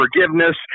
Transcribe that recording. forgiveness